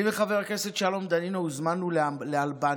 אני וחבר הכנסת שלום דנינו הוזמנו לאלבניה,